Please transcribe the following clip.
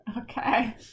Okay